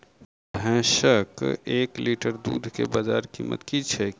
भैंसक एक लीटर दुध केँ बजार कीमत की छै?